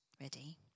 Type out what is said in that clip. ready